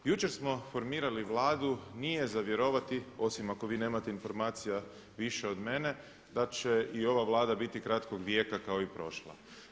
Jučer smo formirali Vladu, nije za vjerovati, osim ako vi nemate informacija više od mene, da će i ova Vlada biti kratkog vijeka kao i prošla.